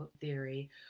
theory